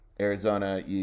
Arizona